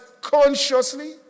consciously